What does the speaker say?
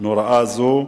נוראה זו,